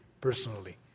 personally